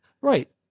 right